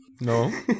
No